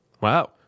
Wow